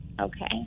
okay